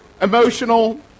emotional